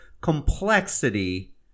complexity